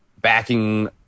backing